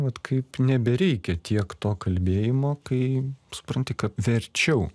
vat kaip nebereikia tiek to kalbėjimo kai supranti kad verčiau